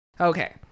Okay